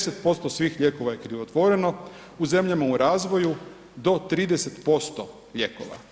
10% svih lijekova je krivotvoreno, u zemljama u razvoju do 30% lijekova.